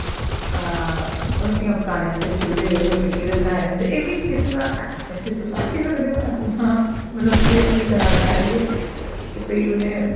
आं रुट्टियां पकाने आस्तै चु'ल्ले जेह्डे़ हे ओह् मिट्टी दे बनाए दे होंदे हे एह् बी किस्म दा इसी तुस आखी सकदे हो कि मनुक्खै दी अपनी इक कलाकारी ऐ कि भाई उ'नें